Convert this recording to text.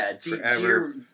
forever